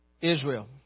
israel